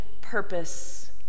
purpose